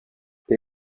det